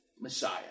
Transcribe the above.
Messiah